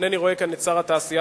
אינני רואה כאן את שר התעשייה,